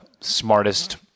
smartest